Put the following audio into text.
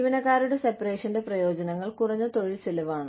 ജീവനക്കാരുടെ സെപറേഷന്റെ പ്രയോജനങ്ങൾ കുറഞ്ഞ തൊഴിൽ ചെലവാണ്